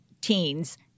teens